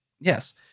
Yes